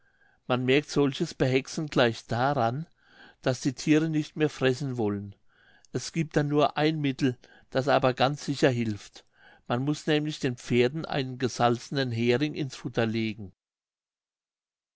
man merkt solches behexen gleich daran daß die thiere nicht mehr fressen wollen es giebt dann nur ein mittel das aber auch ganz sicher hilft man muß nämlich den pferden einen gesalzenen hering ins futter legen